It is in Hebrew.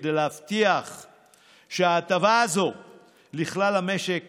כדי להבטיח שההטבה הזאת לכלל המשק